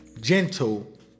gentle